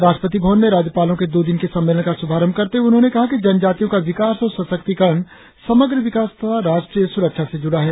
राष्ट्रपति भवन में राज्यपालों के दो दिन के सम्मेलन का शुभारंभ करते हुए उन्होंने कहा कि जनजातियों का विकास और सशक्तिकरण समग्र विकास तथा राष्ट्रीय सुरक्षा से जुड़ा हैं